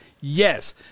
yes